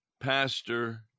Pastor